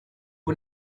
ubu